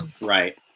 Right